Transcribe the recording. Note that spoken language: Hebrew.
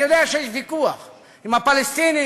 אני יודע שיש ויכוח עם הפלסטינים,